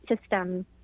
system